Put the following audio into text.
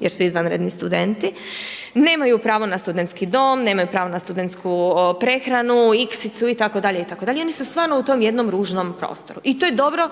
jer su izvanredni studenti. Nemaju pravo na studentski dom. Nemaju pravo na studentsku prehranu, iksicu itd. Oni su stvarno u tom jednom ružnom prostoru. I to je dobro